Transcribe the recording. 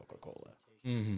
Coca-Cola